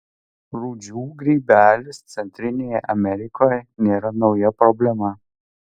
rūdžių grybelis centrinėje amerikoje nėra nauja problema